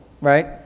Right